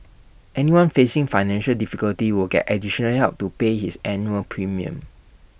anyone facing financial difficulties will get additional help to pay his annual premium